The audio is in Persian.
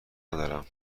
ندارم